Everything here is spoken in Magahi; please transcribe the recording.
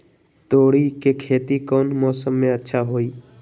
तोड़ी के खेती कौन मौसम में अच्छा होई?